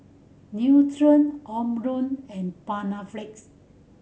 Nutren Omron and Panaflex